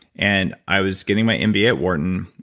and i was getting my and mba at wharton.